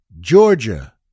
Georgia